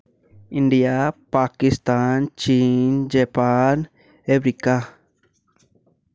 India Pakistan चीन Japan ऐबिका